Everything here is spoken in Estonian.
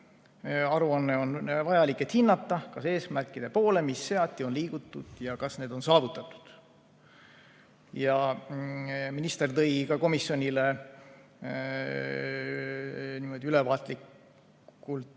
on vajalik, et hinnata, kas eesmärkide poole, mis on seatud, on liigutud ja kas need on saavutatud. Minister andis ka komisjonile ülevaatlikult